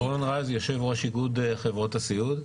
דורון רז, יו"ר איגוד חברות הסיעוד.